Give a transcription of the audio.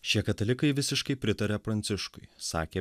šie katalikai visiškai pritaria pranciškui sakė